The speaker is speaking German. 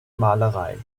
malerei